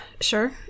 Sure